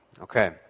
Okay